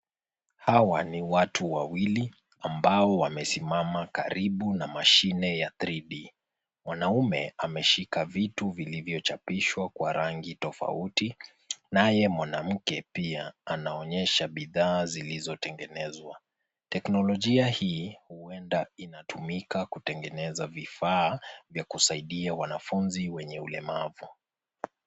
Hawa ni watu wawili ambao wamesimama karibu na mashine ya 3D.Mwanaume ameshika vitu vilivyochapishwa kwa rangi tofauti naye mwanamke pia anaonyesha bidhaaa zilizotengenezwa. Teknolojia hii huenda inatumika kutengeneza vifaa vya kusaidia wanafunzi wenye ulemavu.